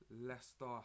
Leicester